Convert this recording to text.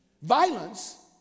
Violence